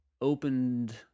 opened